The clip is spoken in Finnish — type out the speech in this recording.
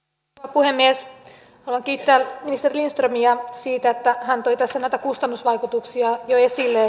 puhemies haluan kiittää ministeri lindströmiä siitä että hän toi tässä näitä kustannusvaikutuksia jo esille